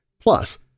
Plus